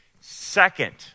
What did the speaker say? Second